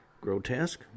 Grotesque